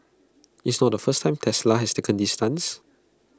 it's not the first time Tesla has taken this stance